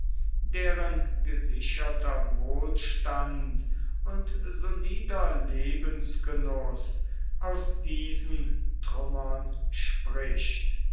deren gesicherter wohlstand und solider lebensgenuß aus diesen trümmern spricht